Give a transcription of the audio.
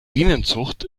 bienenzucht